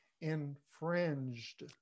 infringed